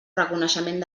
reconeixement